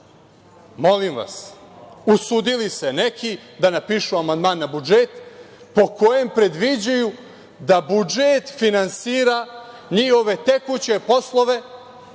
Molim vas, usudili se neki da napišu amandman na budžet po kojem predviđaju da budžet finansira njihove tekuće poslove,